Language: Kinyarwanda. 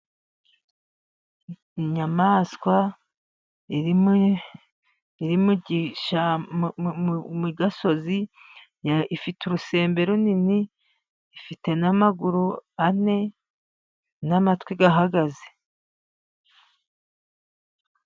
Inyamaswa iri mu gasozi, ifite urusembe runini, ifite n'amaguru ane, n'amatwi ahagaze.